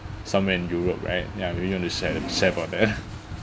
somewhere in europe right ya maybe you want share share for that